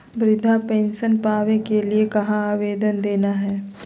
वृद्धा पेंसन पावे के लिए कहा आवेदन देना है?